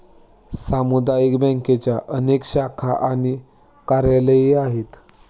सामुदायिक बँकांच्या अनेक शाखा आणि कार्यालयेही आहेत